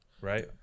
right